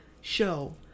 show